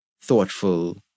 thoughtful